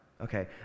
Okay